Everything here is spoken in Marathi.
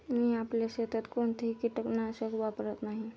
मी आपल्या शेतात कोणतेही कीटकनाशक वापरत नाही